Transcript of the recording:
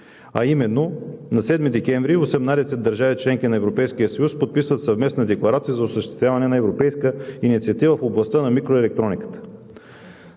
а именно: На 7 декември 18 държави – членки на Европейския съюз, подписват съвместна декларация за осъществяване на Европейска инициатива в областта на микроелектрониката.